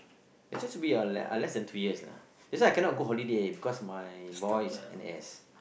actually should be uh less than three years lah that's why I cannot go holiday because my boy is N_S